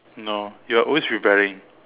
no you're always rebelling